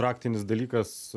raktinis dalykas